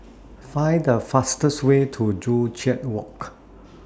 Find The fastest Way to Joo Chiat Walk